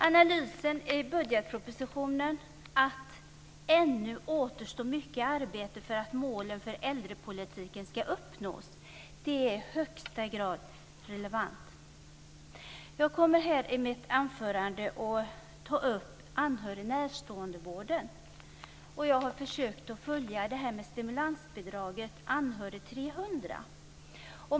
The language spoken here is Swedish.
Analysen i budgetpropositionen, att det ännu återstår mycket arbete för att målen för äldrepolitiken ska uppnås, är i högsta grad relevant. Jag kommer i mitt anförande att ta upp anhörigoch närståendevården. Jag har försökt att följa stimulansbidraget i rapporten Anhörig 300.